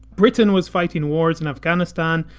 britain was fighting wars in afghanistan,